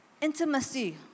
intimacy